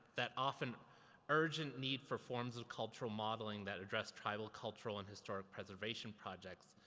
that often urgent need for forms of cultural modeling that addressed tribal cultural and historic preservation projects.